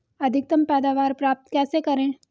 अधिकतम पैदावार प्राप्त कैसे करें?